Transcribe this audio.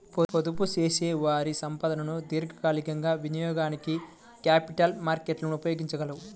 పొదుపుచేసేవారి సంపదను దీర్ఘకాలికంగా వినియోగానికి క్యాపిటల్ మార్కెట్లు ఉపయోగించగలవు